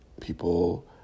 People